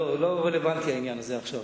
לא רלוונטי העניין הזה עכשיו,